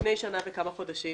לפני שנה וכמה חודשים